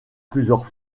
plusieurs